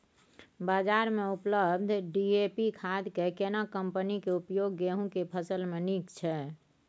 बाजार में उपलब्ध डी.ए.पी खाद के केना कम्पनी के उपयोग गेहूं के फसल में नीक छैय?